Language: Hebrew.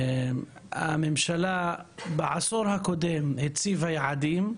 הממשלה בעשור הקודם הציבה יעדים,